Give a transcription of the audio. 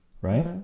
right